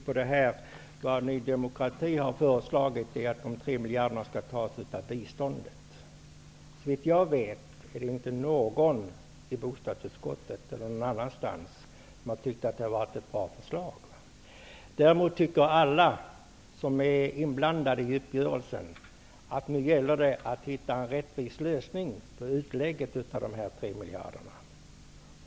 Herr talman! Vad Ny demokrati har föreslagit är att de 3 miljarderna skall tas av biståndet. Såvitt jag vet är det inte någon i bostadsutskottet eller någon annanstans som har tyckt att förslaget har varit bra. Däremot tycker alla som har varit inblandade i uppgörelsen att det nu gäller att hitta en rättvis lösning på utlägget av de 3 miljarderna.